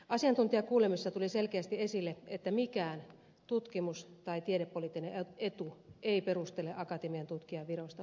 asiantuntijakuulemisessa tuli selkeästi esille että mikään tutkimus tai tiedepoliittinen etu ei perustele akatemiatutkijan viroista luopumista